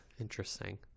interesting